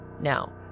Now